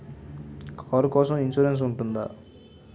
Car కోసం insurance ఉంటుందా?